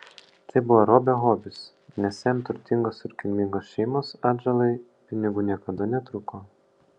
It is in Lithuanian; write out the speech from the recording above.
tai buvo robio hobis nes jam turtingos ir kilmingos šeimos atžalai pinigų niekada netrūko